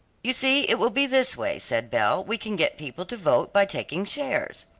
you see it will be this way, said belle, we can get people to vote by taking shares.